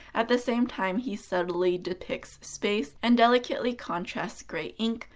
at the same time he subtly depicts space and delicately contrasts gray ink,